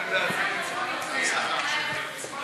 חוק קליטת חיילים משוחררים (תיקון, קרן